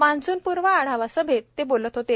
मान्सूनपूर्व आढावा सभैत ते बोलत होते